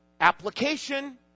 Application